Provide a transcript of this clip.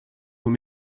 were